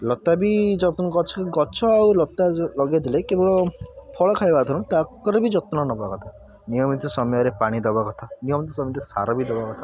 ଲତା ବି ଯଦି ତୁମେ ଗଛ ଆଉ ଲତା ଲଗେଇଦେଲେ କେବଳ ଫଳ ଖାଇବା କଥା ନୁହେଁ ତାଙ୍କର ବି ଯତ୍ନ ନେବା କଥା ନିୟମିତ ସମୟରେ ପାଣି ଦେବା କଥା ନିୟମିତ ସମୟରେ ସାର ବି ଦେବା କଥା